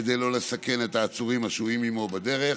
כדי שלא לסכן את העצורים השוהים עימו בדרך,